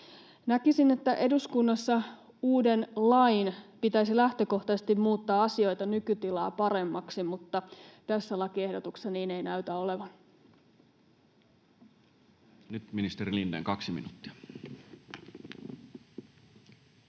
Näkisin, että eduskunnassa uuden lain pitäisi lähtökohtaisesti muuttaa asioita nykytilaa paremmaksi, mutta tässä lakiehdotuksessa niin ei näytä olevan. Ja nyt ministeri Lindén, kaksi minuuttia.